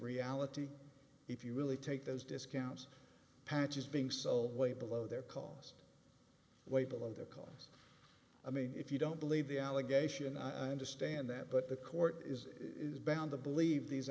reality if you really take those discounts patches being so way below their cost way below their cost i mean if you don't believe the allegation i understand that but the court is is bound to believe these